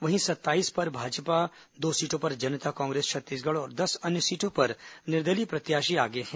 वहीं सत्ताईस पर भाजपा दो सीटों पर जनता कांग्रेस छत्तीसगढ़ और दस अन्य सीटों पर निर्दलीय प्रत्याशी आगे हैं